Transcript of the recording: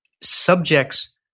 subjects